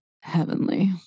heavenly